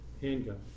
handgun